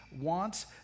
wants